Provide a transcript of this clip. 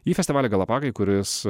į festivalį galapagai kuris